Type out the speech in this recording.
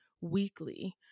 weekly